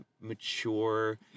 mature